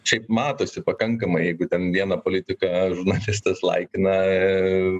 šiaip matosi pakankamai jeigu ten vieną politiką žurnalistas laikina